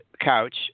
couch